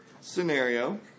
scenario